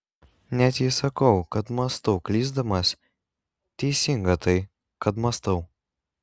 net jei sakau kad mąstau klysdamas teisinga tai kad mąstau